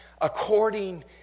according